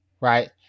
Right